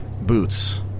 boots